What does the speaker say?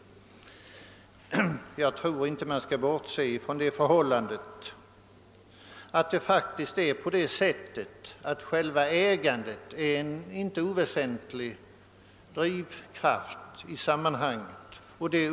Men jag tror inte man skall bortse från att själva ägandet är en inte oväsentlig drivkraft i sammanhanget.